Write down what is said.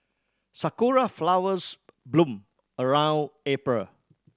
sakura flowers bloom around April